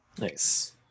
Nice